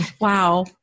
Wow